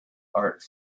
art